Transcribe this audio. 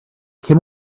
came